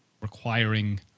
requiring